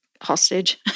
hostage